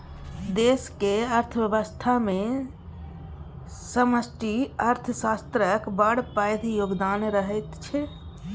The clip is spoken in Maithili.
देशक अर्थव्यवस्थामे समष्टि अर्थशास्त्रक बड़ पैघ योगदान रहैत छै